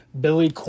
Billy